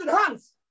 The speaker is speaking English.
hands